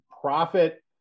profit